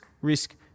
risk